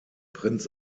prinz